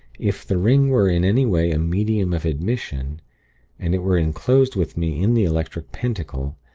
if the ring were in any way a medium of admission and it were enclosed with me in the electric pentacle,